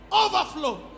overflow